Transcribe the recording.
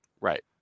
Right